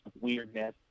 weirdness